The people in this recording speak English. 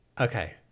Okay